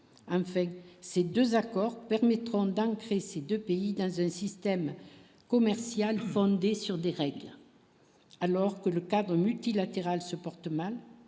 avec ces 2 accords permettront d'ancrer ces 2 pays dans un système commercial fondé sur des règles alors que le cadre multilatéral se porte mal,